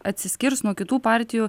atsiskirs nuo kitų partijų